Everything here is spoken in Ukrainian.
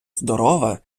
здорова